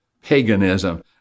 Paganism